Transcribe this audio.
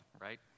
right